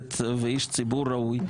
כנסת ואיש ציבור ראוי,